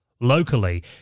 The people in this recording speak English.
locally